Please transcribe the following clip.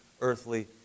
earthly